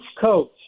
coach